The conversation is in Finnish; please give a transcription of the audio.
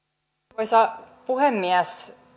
arvoisa puhemies